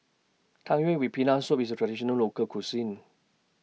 Tang Yuen with Peanut Soup IS A Traditional Local Cuisine